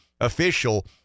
official